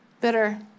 Bitter